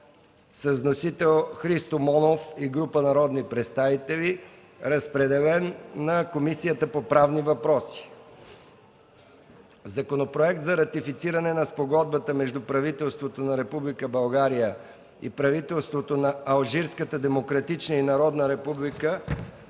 Вносители са Христо Монов и група народни представители. Водеща е Комисията по правни въпроси. Законопроект за ратифициране на Спогодбата между правителството на Република България и правителството на Алжирската демократична и народна република